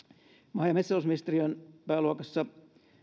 maa ja metsätalousministeriön pääluokassa